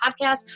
podcast